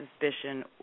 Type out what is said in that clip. suspicion